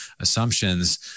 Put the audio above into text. assumptions